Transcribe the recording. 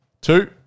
Two